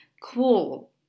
Cool